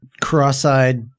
cross-eyed